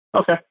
Okay